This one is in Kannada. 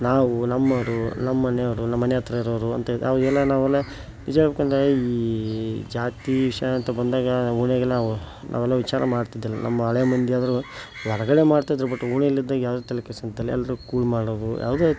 ನಾವು ನಮ್ಮೋರು ನಮ್ಮಮನೇವ್ರು ನಮ್ಮಮನೇಹತ್ರ ಇರೋರು ಅಂತ ಅವಾಗೆಲ್ಲ ನಾವೆಲ್ಲ ನಿಜಾ ಹೇಳ್ಬೇಕು ಅಂದರೆ ಈ ಜಾತಿ ವಿಷಯ ಅಂತ ಬಂದಾಗ ನಾವು ಓಣಿಯಾಗೆಲ್ಲಾ ನಾವೆಲ್ಲ ವಿಚಾರ ಮಾಡ್ತಿದ್ದಿಲ್ಲ ನಮ್ಮ ಹಳೇ ಮಂದಿಯಾದ್ರೂವೇ ಹೊರಗಡೆ ಮಾಡ್ತಿದ್ದರು ಬಟ್ ಓಣಿಯಲ್ಲಿದ್ದಾಗ ಯಾರೂ ತಲೆಕೆಡಿಸ್ಕೊತಿಲ್ಲ ಎಲ್ಲರೂ ಕೂಡ್ ಮಾಡೋದು ಯಾವುದೇ ವ್ಯಕ್ತಿ